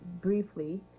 briefly